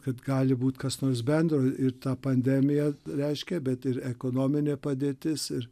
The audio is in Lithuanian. kad gali būti kas nors bendro ir ta pandemija reiškia bet ir ekonominė padėtis ir